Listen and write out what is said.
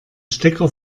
stecker